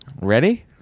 ready